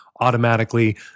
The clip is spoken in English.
automatically